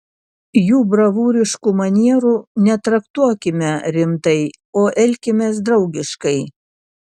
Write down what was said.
jų bravūriškų manierų netraktuokime rimtai o elkimės draugiškai